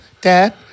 dad